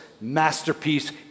masterpiece